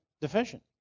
deficient